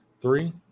Three